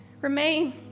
Remain